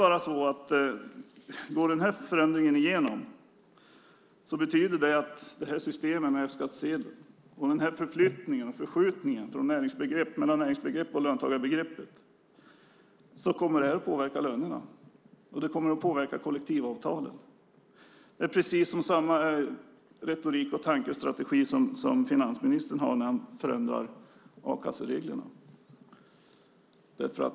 Om förändringen går igenom betyder det att systemet med F-skattsedel och förflyttningen, förskjutningen, mellan näringsbegreppet och löntagarbegreppet kommer att påverka lönerna och kollektivavtalen. Det är samma retorik och tankestrategi som finansministern har när han förändrar a-kassereglerna.